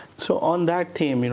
so on that theme, you know